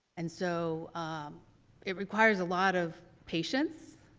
and so it requires a lot of patience,